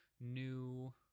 new